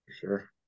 Sure